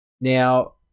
now